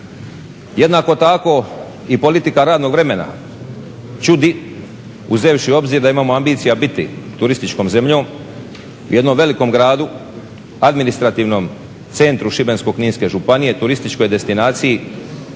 Jednako tako i politika radnog vremena čudi uzevši u obzir da imamo ambicija biti turističkom zemljom u jednom velikom gradu administrativnom centru Šibensko-kninske županije, turističkoj destinaciji